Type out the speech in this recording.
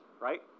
right